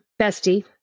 Bestie